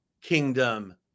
kingdom